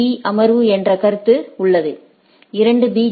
பீ அமர்வு என்ற கருத்து உள்ளது 2 பி